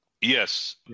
Yes